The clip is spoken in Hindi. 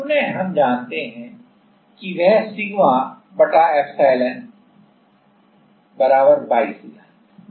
पुन हम जानते हैं कि वह सिग्मा एप्सिलॉन y से जानते हैं